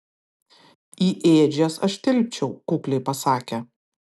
į ėdžias aš tilpčiau kukliai pasakė